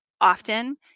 often